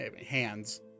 Hands